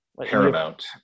paramount